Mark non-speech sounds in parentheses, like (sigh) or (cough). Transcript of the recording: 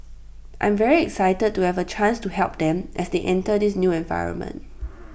I'm very excited to have A chance to help them as they enter this new environment (noise)